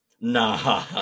Nah